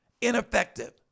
ineffective